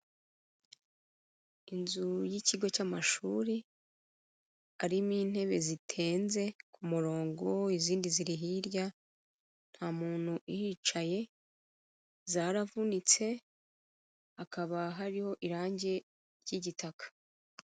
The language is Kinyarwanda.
Inzu y'ikigo cy'amashuri, harimo intebe zitenze ku murongo izindi ziri hirya, nta muntu uhicaye, zaravunitse, hakaba hariho irangi ry'igitaka.